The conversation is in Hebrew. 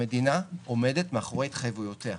המדינה עומדת מאחורי התחייבויותיה.